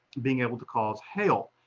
being able to cause hail.